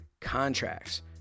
contracts